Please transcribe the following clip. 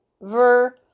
Ver